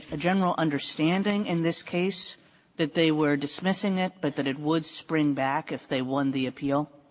general understanding in this case that they were dismissing it, but that it would spring back if they won the appeal?